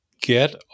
get